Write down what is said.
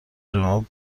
جمعه